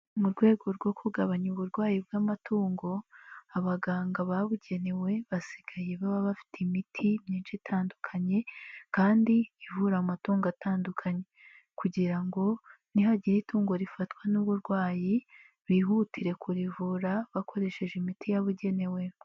Mu rwego rwo kugabanya uburwayi bw'amatungo, abaganga babugenewe basigaye baba bafite imiti myinshi itandukanye kandi ivura amatungo atandukanye kugira ngo nihagira itungo rifatwa n'uburwayi, bihutire kurivura bakoresheje imiti yababugenewe.